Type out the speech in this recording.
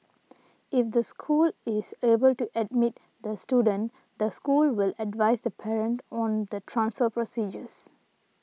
if the school is able to admit the student the school will advise the parent on the transfer procedures